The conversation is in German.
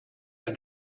ein